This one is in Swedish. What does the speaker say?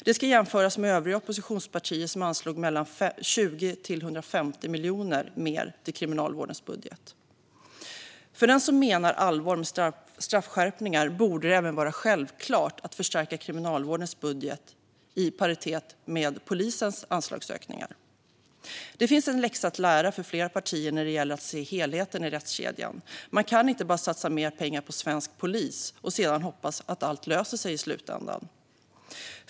Det ska jämföras med övriga oppositionspartier, som anslog mellan 20 och 150 miljoner mer till Kriminalvårdens budget. För den som menar allvar med straffskärpningar borde det vara självklart att förstärka Kriminalvårdens budget i paritet med polisens anslagsökningar. Det finns en läxa att lära för flera partier när det gäller att se helheten i rättskedjan. Man kan inte bara satsa mer pengar på svensk polis och sedan hoppas att allt löser sig i slutändan.